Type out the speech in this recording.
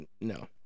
No